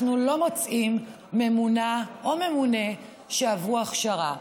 אנחנו לא מוצאים ממונָה או ממונה שעברו הכשרה,